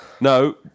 No